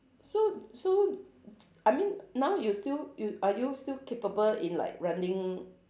so so I mean now you still yo~ are you still capable in like running